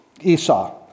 Esau